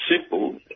simple